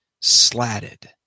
slatted